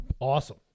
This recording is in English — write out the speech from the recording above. awesome